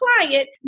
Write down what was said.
client